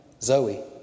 Zoe